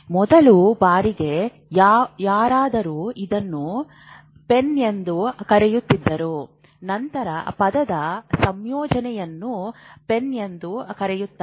ಮೊದಲ ಬಾರಿಗೆ ಯಾರಾದರೂ ಇದನ್ನು ಪೆನ್ ಎಂದು ಕರೆಯುತ್ತಿದ್ದರು ನಂತರ ಪದದ ಸಂಯೋಜನೆಯನ್ನು ಪೆನ್ ಎಂದು ಕರೆಯುತ್ತಾರೆ